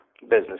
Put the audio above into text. business